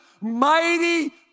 mighty